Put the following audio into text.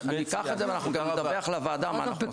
אני אקח את זה ואנחנו גם נדווח לוועדה מה אנחנו עושים.